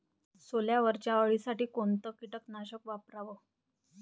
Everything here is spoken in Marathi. सोल्यावरच्या अळीसाठी कोनतं कीटकनाशक वापराव?